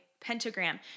pentagram